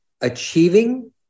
achieving